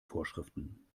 vorschriften